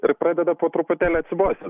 ir pradeda po truputėli atsibosti